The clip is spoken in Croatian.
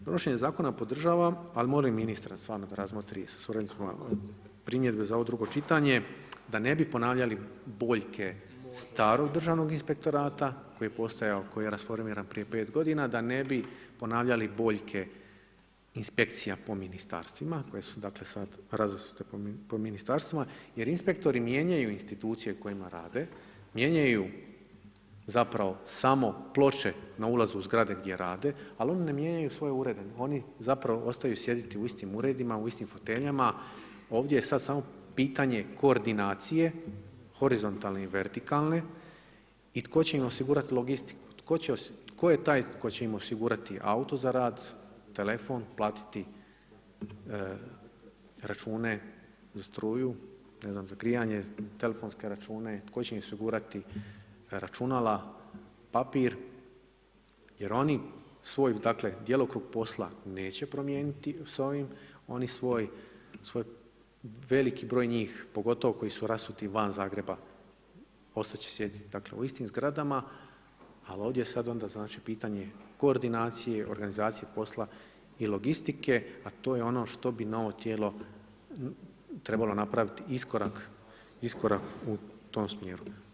Donošenje zakona podržavam, ali molim ministra stvarno da razmotri sa suradnicima primjedbe za ovo drugo čitanje, da ne bi ponavljali boljke starog Državnog inspektorata koji je postojao, koji je rasformiran prije 5 g., da ne bi ponavljali boljke inspekcija po ministarstvima koje su dakle sad razasute po ministarstvima jer inspektori mijenjaju institucije u kojima rade, mijenjaju zapravo samo ploče na ulazu u zgrade gdje rade ali oni ne mijenjaju svoje urede, oni zapravo ostaju sjediti u istim uredima, u istim foteljama, ovdje je sad samo pitanje koordinacije, horizontalne i vertikalne i tko će im osigurati logistiku, tko je taj koji će im osigurati auto za rad, telefon, platiti račune za struju, ne znam za grijanje, telefonske račune, tko će osigurati računala, papir jer oni svoj dakle djelokrug posla neće promijeniti sa ovim, oni svoj veliki broj njih pogotovo koji su rasuti van Zagreba, ostat će sjediti u istim zgradama ali ovdje je sad onda znači pitanje koordinacije, organizacije posla i logistike a to je ono što bi novo tijelo trebalo napraviti iskorak u tom smjeru.